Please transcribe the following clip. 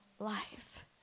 Life